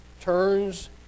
turns